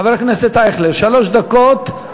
חבר הכנסת אייכלר, שלוש דקות,